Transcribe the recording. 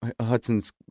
Hudson's